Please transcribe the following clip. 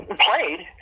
played